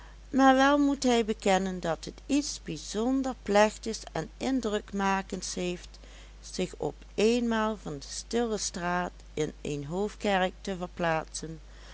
maar wel moet hij bekennen dat het iets bijzonder plechtigs en indrukmakends heeft zich op eenmaal van de stille straat in een hoofdkerk te verplaatsen